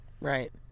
Right